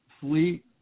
fleet